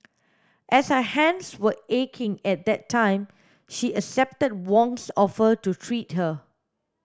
as her hands were aching at that time she accepted Wong's offer to treat her